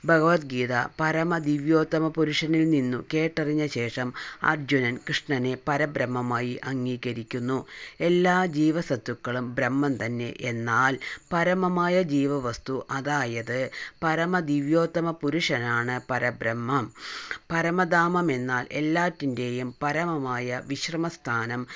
ഭഗവത്ഗീത പരമ ദിവ്യോത്തമ പുരുഷനിൽ നിന്നും കേട്ടറിഞ്ഞശേഷം അർജുനൻ കൃഷ്ണനെ പരബ്രഹ്മമായി അംഗീകരിക്കുന്നു എല്ലാ ജീവസത്തുക്കളും ബ്രഹ്മം തന്നെ എന്നാൽ പരമമായ ജീവവസ്തു അതായത് പരമ ദിവ്യോത്തമ പുരുഷനാണ് പരബ്രഹ്മം പരമദാമം എന്നാൽ എല്ലാത്തിന്റെയും പരമമായ വിശ്രമസ്ഥാനം